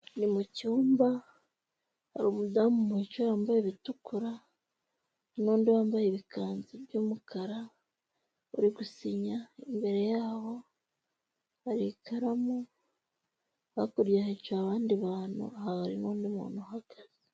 Ni mu cyumba, hari umudamu wicaye yambaye ibitukura, n'undi wambaye ibikanzu by'umukara uri gusinya, imbere yaho hari ikaramu, hakurya hicaye abandi bantu, hari n'undi muntu uhagaze.